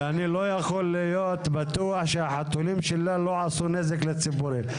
ואני לא יכול להיות בטוח שהחתולים שלה לא עשו נזק לציפורים.